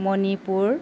Manipur